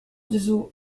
gesù